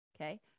Okay